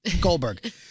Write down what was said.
Goldberg